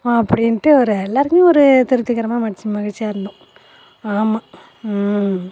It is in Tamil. அப்படின்ட்டு ஒரு எல்லாருக்குமே ஒரு திருப்திகரமாக மட்ச்சி மகிழ்ச்சியாக இருந்தோம் ஆமாம் ம்